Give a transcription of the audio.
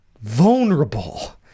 vulnerable